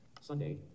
Sunday